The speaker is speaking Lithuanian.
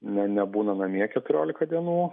nė nebūna namie keturiolika dienų